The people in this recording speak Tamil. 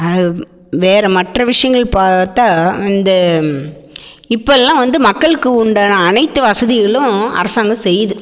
அது வேற மற்ற விஷயங்கள் பார்த்தால் அந்த இப்பெல்லாம் வந்து மக்களுக்கு உண்டான அனைத்து வசதிகளும் அரசாங்கம் செய்யுது